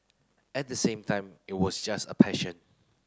at the same time it was just a passion